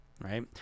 right